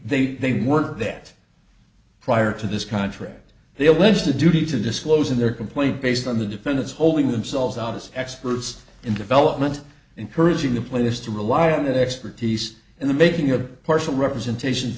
they they weren't that prior to this contract they allege the duty to disclose in their complaint based on the defendants holding themselves out as experts in development encouraging the players to rely on that expertise in the making of partial representations